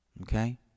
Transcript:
Okay